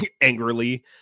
angrily